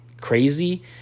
crazy